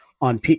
on